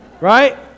Right